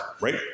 right